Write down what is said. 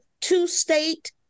two-state